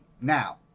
Now